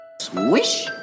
Swish